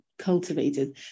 cultivated